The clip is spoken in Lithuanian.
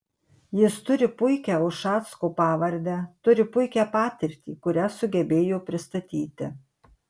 jis turi puikią ušacko pavardę turi puikią patirtį kurią sugebėjo pristatyti